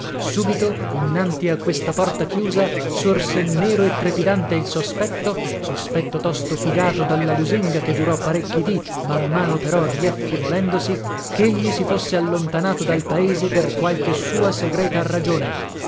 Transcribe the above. subito innanti a questa porta chiusa sorse nero e trepidante il sospetto sospetto tosto fugato dalla lusinga che durò parecchi dì man mano però raffievolendosi chegli si fosse allontanato dal paese per qualche sua segreta ragione